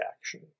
action